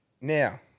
now